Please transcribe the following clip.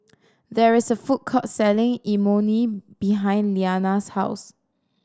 there is a food court selling Imoni behind Liana's house